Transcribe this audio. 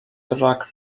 drug